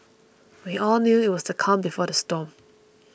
we all knew that it was the calm before the storm